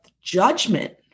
judgment